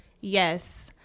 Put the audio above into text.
Yes